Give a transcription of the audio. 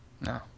No